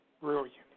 Brilliant